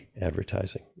advertising